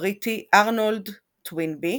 הבריטי ארנולד טוינבי,